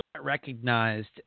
recognized